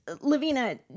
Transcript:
Lavina